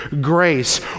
grace